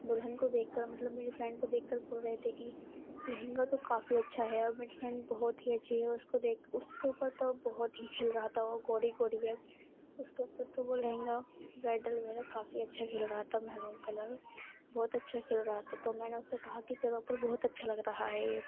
دلہن کو دیکھ کر مطلب میری فرینڈ کو دیکھ کر بول رہے تھے کہ لہنگا تو کافی اچھا ہے اور میری فرینڈ بہت اچھی ہے اس کو دیکھ اس کے اوپر تو بہت ہی کھل رہا تھا اور گوری گوری بھی ہے اس کے اوپر تو وہ لہنگا برائڈل وغیرہ کافی اچھا کھل رہا تھا میہرون کلر بہت اچھا کھل رہا تھا تو میں نے اس سے کہا کہ تیرے اوپر بہت اچھا لگ رہا ہے یہ